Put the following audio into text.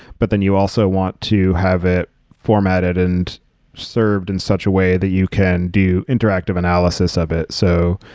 but then you also want to have it formatted and served in such a way that you can do interactive analysis of it. so,